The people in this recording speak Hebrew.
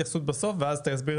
הכנסת,